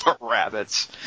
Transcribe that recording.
rabbits